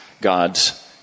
God's